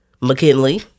McKinley